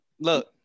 look